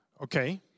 Okay